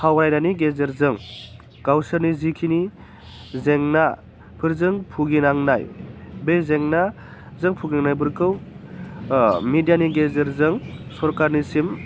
सावरायनायनि गेजेरजों गावसोरनि जिखिनि जेंनाफोरजों भुगिनांनाय बे जेंनाजों भुगिनायफोरखौ मिडियानि गेजेरजों सरकारनिसिम